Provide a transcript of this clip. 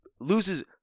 loses –